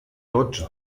tots